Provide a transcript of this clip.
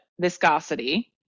viscosity